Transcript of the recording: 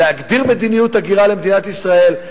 להגדיר מדיניות הגירה למדינת ישראל,